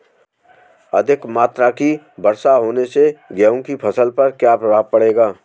अधिक मात्रा की वर्षा होने से गेहूँ की फसल पर क्या प्रभाव पड़ेगा?